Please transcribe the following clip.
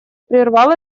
прервал